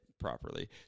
Properly